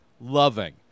loving